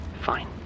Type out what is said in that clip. Fine